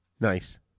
Nice